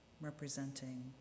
representing